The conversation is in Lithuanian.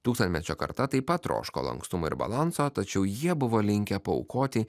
tūkstantmečio karta taip pat troško lankstumo ir balanso tačiau jie buvo linkę paaukoti